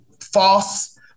false